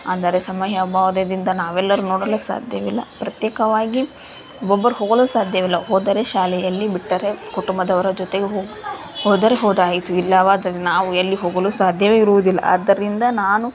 ಅಂದರೆ ಸಮಯ ಅಭಾವದದಿಂದ ನಾವೆಲ್ಲರೂ ನೋಡಲು ಸಾಧ್ಯವಿಲ್ಲ ಪ್ರತ್ಯೇಕವಾಗಿ ಒಬ್ಬರು ಹೋಗಲು ಸಾಧ್ಯವಿಲ್ಲ ಹೋದರೆ ಶಾಲೆಯಲ್ಲಿ ಬಿಟ್ಟರೆ ಕುಟುಂಬದವರ ಜೊತೆಗೆ ಹೋದರೆ ಹೋದಾಯಿತು ಇಲ್ಲವಾದರೆ ನಾವು ಎಲ್ಲಿ ಹೋಗಲು ಸಾಧ್ಯವೇ ಇರುವುದಿಲ್ಲ ಆದ್ದರಿಂದ ನಾನು